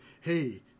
Hey